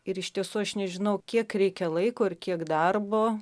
ir iš tiesų aš nežinau kiek reikia laiko ir kiek darbo